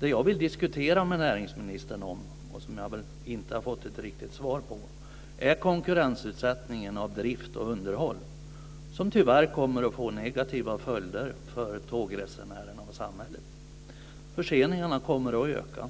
Det jag vill diskutera med näringsministern - och det har jag väl inte fått ett riktigt svar på - är konkurrensutsättningen av drift och underhåll, som tyvärr kommer att få negativa följder för tågresenärerna och samhället. Förseningarna kommer att öka,